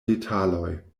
detaloj